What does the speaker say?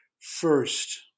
first